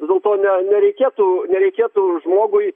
vis dėlto ne nereikėtų nereikėtų žmogui